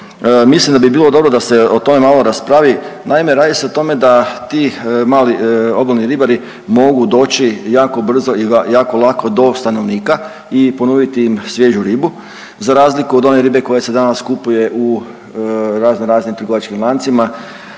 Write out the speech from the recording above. mislim da bi bilo dobro da se o tome malo raspravi. Naime, radi se o tome da ti mali obalni ribari mogu doći jako brzo i jako lako do stanovnika i ponuditi im svježu ribu za razliku od one ribe koja se danas kupuje u razno raznim trgovačkim lancima